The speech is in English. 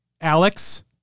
Alex